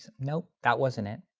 nope, that wasn't it.